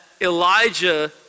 Elijah